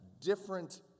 different